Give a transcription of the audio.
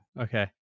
Okay